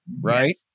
right